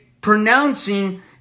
pronouncing